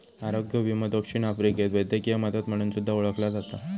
आरोग्य विमो दक्षिण आफ्रिकेत वैद्यकीय मदत म्हणून सुद्धा ओळखला जाता